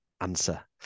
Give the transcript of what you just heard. answer